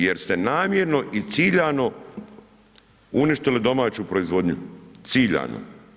Jer ste namjerno i ciljano uništili domaću proizvodnju, ciljano.